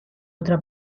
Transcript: otra